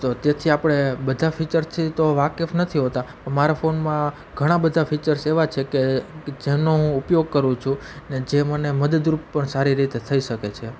તો તેથી આપણે બધા ફીચર્સથી તો વાકેફ નથી હોતા પણ મારા ફોનમાં ઘણા બધા ફીચર્સ એવા છે કે જેનો હું ઉપયોગ કરું છું અને જે મને મદદરૂપ પણ સારી રીતે થઈ શકે છે